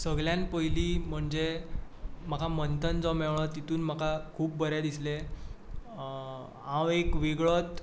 सगळ्यांत पयलीं म्हणजे म्हाका मंथन जो मेळ्ळो म्हाका खूब बरें दिसलें हांव एक वेगळोच